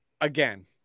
again